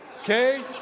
Okay